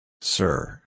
Sir